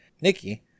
Nikki